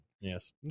Yes